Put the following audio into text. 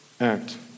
act